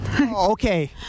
Okay